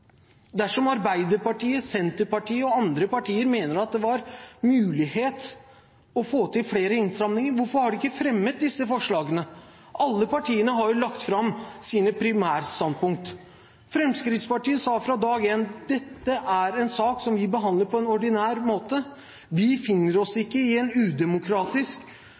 Dersom Arbeiderpartiet, Senterpartiet og andre partier mener at det var mulig å få til flere innstramninger, hvorfor har de ikke fremmet disse forslagene? Alle partiene har jo lagt fram sine primærstandpunkt. Fremskrittspartiet sa fra dag én at dette er en sak som vi behandler på en ordinær måte. Vi finner oss ikke i en udemokratisk